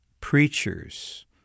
preachers